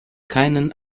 keinen